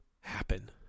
happen